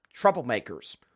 troublemakers